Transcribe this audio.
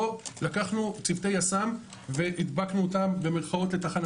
לא לקחנו צוותי יס"מ ו"הדבקנו" אותם לתחנה.